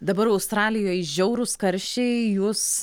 dabar australijoj žiaurūs karščiai jūs